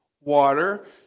water